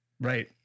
Right